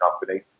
company